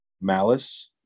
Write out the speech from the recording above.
Malice